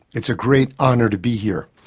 it's a great honour to be here.